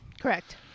Correct